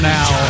Now